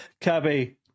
Cabby